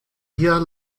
here